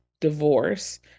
divorce